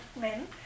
men